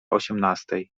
osiemnastej